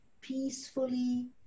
peacefully